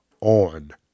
on